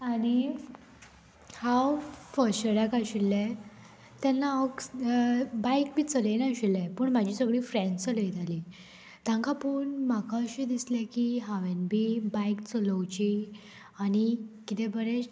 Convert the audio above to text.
आनी हांव फर्स्ट यराक आशिल्ले तेन्ना हांव बायक बी चलयनाशिल्लें पूण म्हाजी सगळीं फ्रेंड्स चलयतालीं तांकां पळोवन म्हाका अशें दिसलें की हांवें बी बायक चलोवची आनी कितें बरें